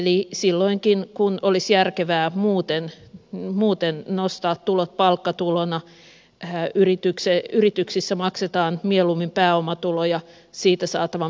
eli silloinkin kun olisi järkevää muuten nostaa tulot palkkatulona yrityksissä maksetaan mieluummin pääomatuloja siitä saatavan verohyödyn vuoksi